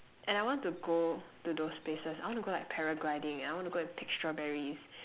and I want to go to those places I want to go like para-gliding I want to go and pick strawberries